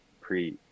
pre